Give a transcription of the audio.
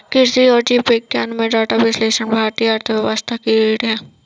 कृषि और जीव विज्ञान में डेटा विश्लेषण भारतीय अर्थव्यवस्था की रीढ़ है